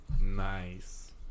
Nice